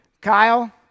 Kyle